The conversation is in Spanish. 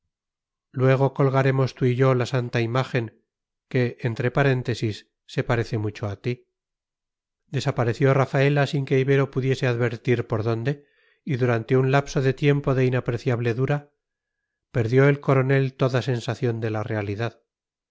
luego colgaremos tú y yo la santa imagen que entre paréntesis se parece mucho a ti desapareció rafaela sin que ibero pudiese advertir por dónde y durante un lapso de tiempo de inapreciable dura perdió el coronel toda sensación de la realidad